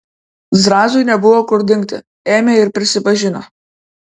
zrazui nebuvo kur dingti ėmė ir prisipažino